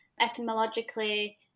etymologically